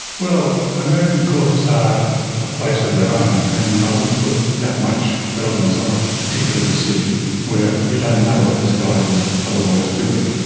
well, american courts are a place of their own and i wouldn't put that much relevance on a particular decision where we don't know what this guy was otherwise doing.